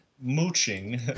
Mooching